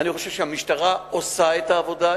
אני חושב שהמשטרה עושה את העבודה,